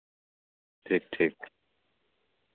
ᱴᱷᱤᱠ ᱴᱷᱤᱠ